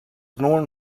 known